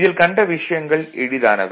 இதில் கண்ட விஷயங்கள் எளிதானவை